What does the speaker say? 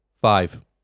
five